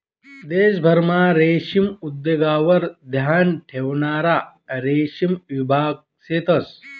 देशभरमा रेशीम उद्योगवर ध्यान ठेवणारा रेशीम विभाग शेतंस